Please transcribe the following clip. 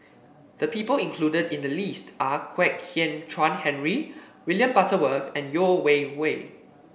the people included in the list are Kwek Hian Chuan Henry William Butterworth and Yeo Wei Wei